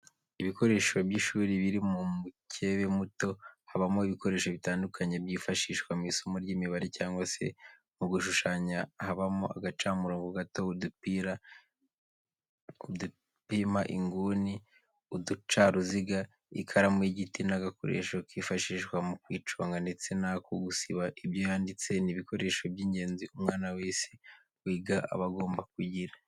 Ibikoresho by'ishuri biri mu mukebe muto habamo ibikoresho bitandukanye byifashishwa mu isomo ry'imibare cyangwa se mu gushushanya habamo agacamurongo gato, udupima inguni, uducaruziga, ikaramu y'igiti n'agakoresho kifashishwa mu kuyiconga ndetse n'ako gusiba ibyo yanditse, ni ibikoresho by'ingenzi umwana wese wiga aba agomba kugira.